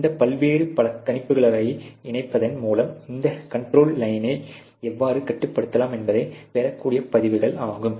இந்த பல்வேறு பல கண்காணிப்புகளை இணைப்பதன் மூலம் இந்த கண்ட்ரோல் லையனை எவ்வாறு கட்டுப்படுத்தலாம் என்பதைப் பெறக்கூடிய பதிவுகள் ஆகும்